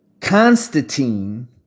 Constantine